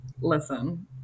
Listen